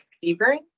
fevering